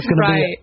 Right